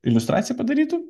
iliustraciją padarytų